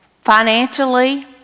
financially